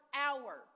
hour